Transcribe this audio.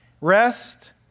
rest